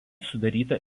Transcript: sudaryta